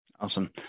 Awesome